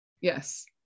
Yes